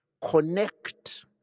Connect